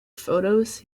photos